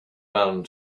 man